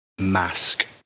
mask